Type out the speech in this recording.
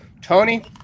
Tony